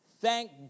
Thank